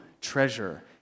treasure